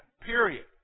Period